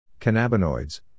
cannabinoids